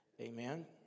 amen